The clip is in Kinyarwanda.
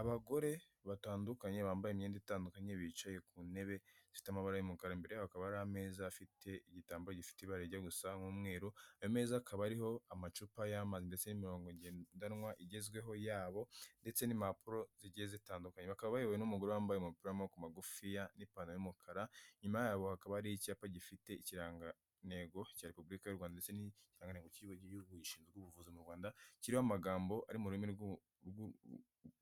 Abagore batandukanye bambaye imyenda itandukanye bicaye ku ntebe ifite amabara y'umukara, imbere hakaba ari ameza afite igitambo gifite ibara ryo gusa nk'umweruru, ayo meza akaba ariho amacupa y'amazi ndetse n'imirongo ngendanwa igezweho yabo ndetse n'impapuro zigiye zitandukanye, bakaba bayobowe n'umugore wambaye umupira w'amaboko magufiya n'ipantaro y'umukara. Inyuma yaho hakaba hari icyapa gifite ikirangantego cya repubulika y'u Rwanda ndetse n'ikirangantego cy'ikigo cy'igihugu gishinzwe ubuvuzi mu Rwanda kiriho amagambo ari mu rurimi